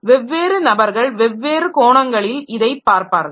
வெவ்வேறு நபர்கள் வெவ்வேறு கோணங்களில் இதை பார்ப்பார்கள்